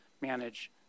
manage